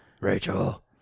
Rachel